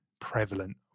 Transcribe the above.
prevalent